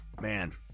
Man